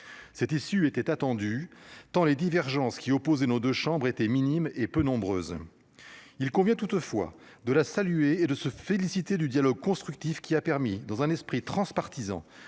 Cette issue était attendue, tant les divergences qui opposent et nos deux chambres étaient minimes et peu nombreuses. Il convient toutefois de la saluer et de se féliciter du dialogue constructif qui a permis dans un esprit transpartisan